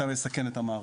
אתה מסכן את המערכת,